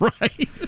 right